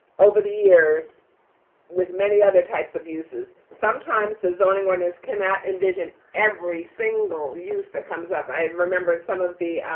over the years with many other types of uses. sometimes the zoning ordinance cannot envision every single use that comes up. i and remember in some of the